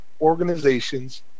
organizations